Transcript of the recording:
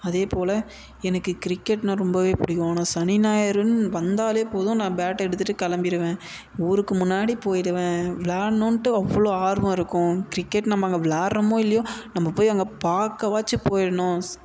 அதேபோல் எனக்கு கிரிக்கெட்டுனா ரொம்ப பிடிக்கும் நான் சனி ஞாயிறுன்னு வந்தாலே போதும் நான் பேட்டை எடுத்துட்டு கிளம்பிருவேன் ஊருக்கு முன்னாடி போயிடுவேன் விளாடணுன்ட்டு அவ்வளோ ஆர்வம் இருக்கும் கிரிக்கெட் நம்ம அங்கே விளாடுறமோ இல்லையோ நம்ம போய் அங்கே பார்க்கவாச்சும் போயிடணும் ஸ்